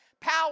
Power